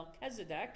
Melchizedek